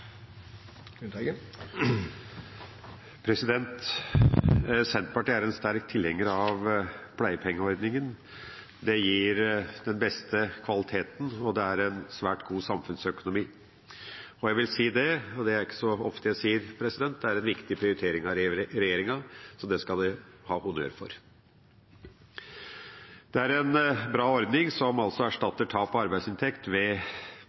Senterpartiet er sterkt tilhenger av pleiepengeordningen. Det gir den beste kvaliteten, og det er svært god samfunnsøkonomi. Jeg vil si – det er ikke så ofte jeg sier det – at det er en viktig prioritering av regjeringa, og det skal de ha honnør for. Det er en bra ordning, som altså erstatter tap av arbeidsinntekt ved